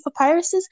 papyruses